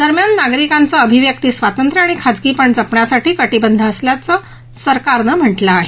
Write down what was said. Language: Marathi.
दरम्यान नागरिकांचा अभिव्यक्ती स्वातंत्र्य आणि खासगीपण जपण्यासाठी कटिबद्ध असल्याचं सरकारनं म्हटलं आहे